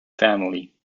family